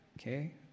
Okay